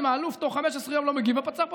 ואם האלוף לא מגיב בתוך 15,